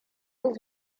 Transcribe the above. his